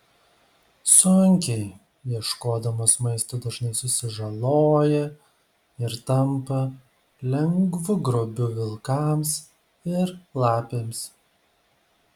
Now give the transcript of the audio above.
sunkiai ieškodamos maisto dažnai susižaloja ir tampa lengvu grobiu vilkams ir lapėms